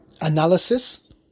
analysis